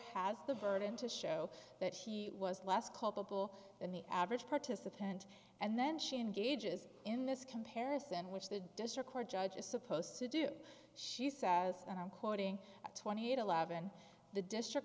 has the burden to show that she was less culpable than the average participant and then she engages in this comparison which the district court judge is supposed to do she says and i'm quoting twenty eight eleven the district